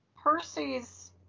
Percy's